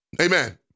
Amen